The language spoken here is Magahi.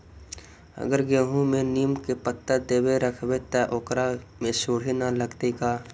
अगर गेहूं में नीम के पता देके यखबै त ओकरा में सुढि न लगतै का?